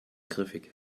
griffig